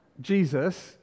Jesus